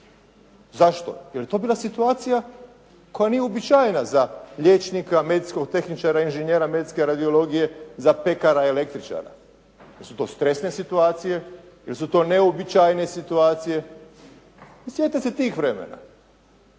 Zašto? Jer je to bila situacija koja nije uobičajena za liječnika, medicinskog tehničara, inženjera medicinske radiologije, za pekara, električara jer su to stresne situacije, jer su to neuobičajene situacije, sjete se tih vremena.